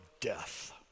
death